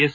S